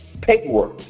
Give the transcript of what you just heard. paperwork